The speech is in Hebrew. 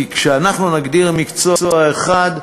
כי כשאנחנו נגדיר מקצוע אחד,